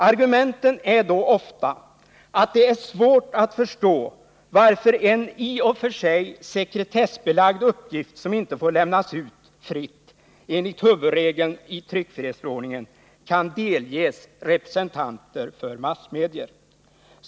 Argumentet är då ofta att det är svårt att förstå varför en i och för sig sekretessbelagd uppgift som inte får lämnas ut fritt enligt huvudregeln i tryckfrihetsförordningen kan delges representanter för massmedier.